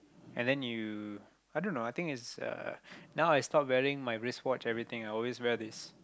and then you i don't know I think is uh now I stop wearing my wrist watch everything I always wear this